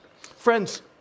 Friends